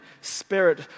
spirit